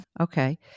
Okay